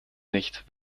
nicht